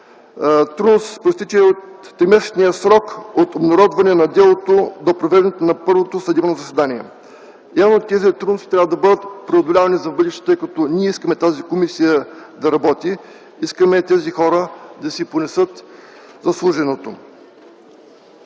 произтичат и от тримесечния срок на обнародване на делото до провеждането на първото съдебно заседание. Явно тези трудности трябва да бъдат преодолени за в бъдеще, тъй като ние искаме тази комисия да работи, искаме тези хора да си понесат заслуженото.